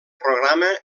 programa